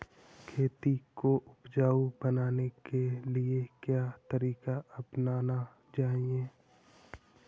खेती को उपजाऊ बनाने के लिए क्या तरीका अपनाना चाहिए?